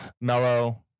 mellow